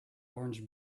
orange